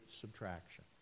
subtraction